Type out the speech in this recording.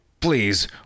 please